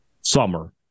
summer